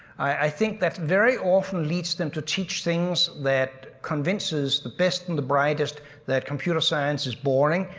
i think that very often leads them to teach things that convinces the best and the brightest that computer science is boring,